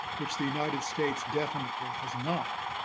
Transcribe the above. which the united states definitely has not.